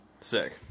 sick